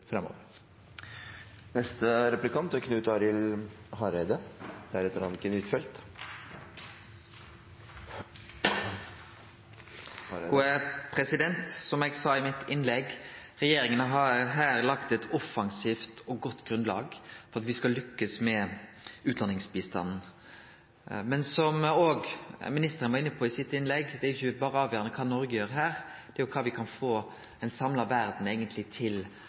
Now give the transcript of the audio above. Som eg sa i mitt innlegg, har regjeringa her lagt eit offensivt og godt grunnlag for at me skal lukkast med utdanningsbistanden. Men som òg ministeren var inne på i sitt innlegg, er det jo ikkje berre avgjerande kva Noreg gjer her, det er kva me kan få ei samla verd til eigentleg